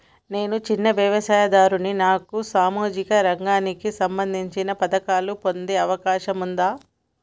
నేను చిన్న వ్యవసాయదారుడిని నాకు సామాజిక రంగానికి సంబంధించిన పథకాలు పొందే అవకాశం ఉందా?